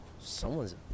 Someone's